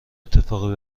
اتفاقی